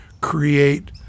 create